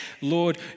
Lord